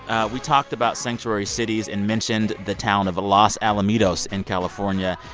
ah we talked about sanctuary cities and mentioned the town of los alamitos in california.